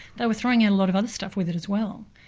they were throwing in a lot of other stuff with it as well.